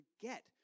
forget